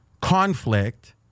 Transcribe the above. conflict